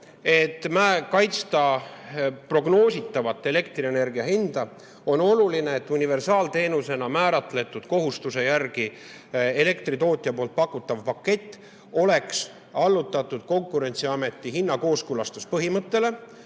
kaitsta prognoositavat elektrienergia hinda, on oluline, et universaalteenusena määratletud kohustuse järgi elektritootja poolt pakutav pakett oleks allutatud Konkurentsiameti hinnakooskõlastuse põhimõttele.